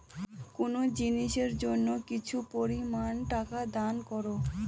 কোনো জিনিসের জন্য কিছু পরিমান টাকা দান করো